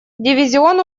дивизион